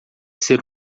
ser